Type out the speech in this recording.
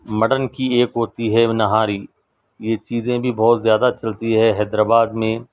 mutton کی ایک ہوتی ہے نہاری یہ چیزیں بھی بہت زیادہ چلتی ہے حیدرآباد میں